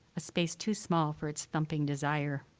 a space too small for its thumping desire.